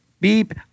Beep